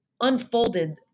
unfolded